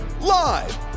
live